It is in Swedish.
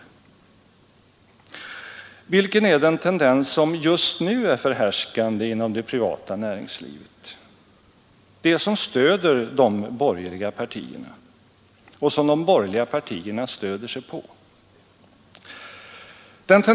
Vilken är den tendens som just nu är förhärskande inom det privata näringslivet — det som stöder de borgerliga partierna och som de borgerliga partierna stöder sig på?